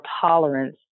tolerance